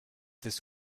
this